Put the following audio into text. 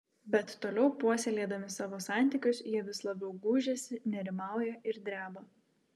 bet toliau puoselėdami savo santykius jie vis labiau gūžiasi nerimauja ir dreba